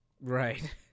right